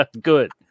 good